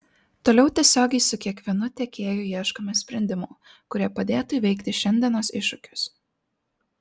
toliau tiesiogiai su kiekvienu tiekėju ieškome sprendimų kurie padėtų įveikti šiandienos iššūkius